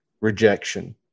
rejection